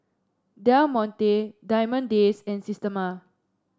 Del Monte Diamond Days and Systema